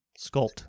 Sculpt